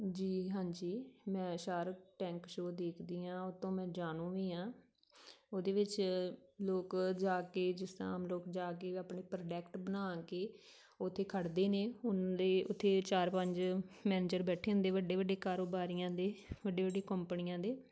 ਜੀ ਹਾਂਜੀ ਮੈਂ ਸ਼ਾਰਕ ਟੈਂਕ ਸ਼ੋ ਦੇਖਦੀ ਹਾਂ ਉਹ ਤੋਂ ਮੈਂ ਜਾਣੂ ਵੀ ਹਾਂ ਉਹਦੇ ਵਿੱਚ ਲੋਕ ਜਾ ਕੇ ਜਿਸ ਤਰ੍ਹਾਂ ਆਮ ਲੋਕ ਜਾ ਕੇ ਆਪਣੇ ਪ੍ਰੋਡਕਟ ਬਣਾ ਕੇ ਉੱਥੇ ਖੜ੍ਹਦੇ ਨੇ ਉਨ੍ਹਾਂ ਦੇ ਉੱਥੇ ਚਾਰ ਪੰਜ ਮੈਨੇਜਰ ਬੈਠੇ ਹੁੰਦੇ ਵੱਡੇ ਵੱਡੇ ਕਾਰੋਬਾਰੀਆਂ ਦੇ ਵੱਡੇ ਵੱਡੇ ਕੰਪਨੀਆਂ ਦੇ